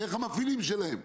דרך המפעילים שלהן.